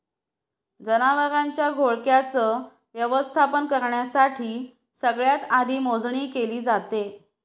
जनावरांच्या घोळक्याच व्यवस्थापन करण्यासाठी सगळ्यात आधी मोजणी केली जाते